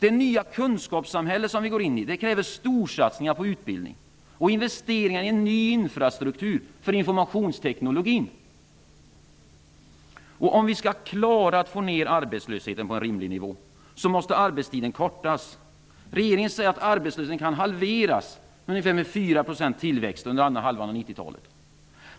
Det nya kunskapssamhället som vi går in i kräver storsatsningar på utbildning och investeringar i en ny infrastruktur för informationsteknologi. Om vi skall klara av att få ned arbetslösheten på en rimlig nivå så måste arbetstiden kortas. Regeringen säger att arbetslösheten kan halveras ungefär med fyra procents tillväxt under andra halvan av 1990 talet.